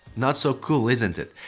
not so cool isn't it?